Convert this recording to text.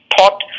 thought